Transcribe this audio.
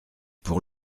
pour